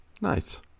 Nice